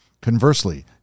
Conversely